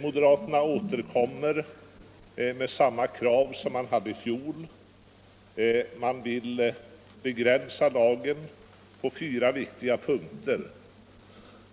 Moderaterna återkommer med samma krav som i fjol: man vill begränsa lagen på fyra viktiga punkter.